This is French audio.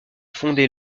fondé